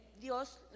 Dios